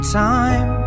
time